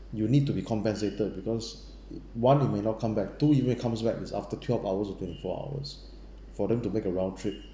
you need to be compensated because one it may not come back two it may comes back is after twelve hours to twenty four hours for them to make a round trip